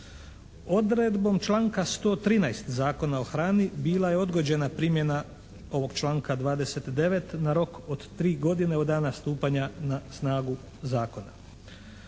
Odredbom članka 113. Zakona o hrani bila je odgođena primjena ovog članka 29. na rok od 3 godine od dana stupanja na snagu Zakona,